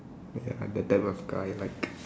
ya that type of car I like